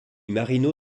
marino